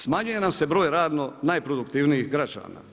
Smanjuje nam se broj radno najproduktivnijih građana.